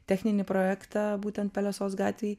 techninį projektą būtent pelesos gatvėj